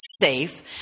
safe